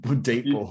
deep